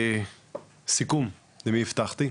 סיכום, למי הבטחתי?